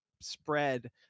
spread